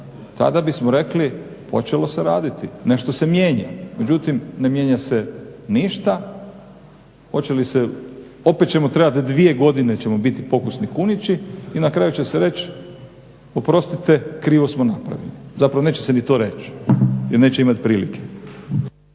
tada bismo rekli počelo se raditi, nešto se mijenja. Međutim, ne mijenja se ništa. Hoće li se, opet ćemo trebati dvije godine ćemo biti pokusni kunići i na kraju će se reći oprostite krivo smo napravili. Zapravo neće se ni to reći, jer neće imati prilike.